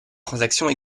transactions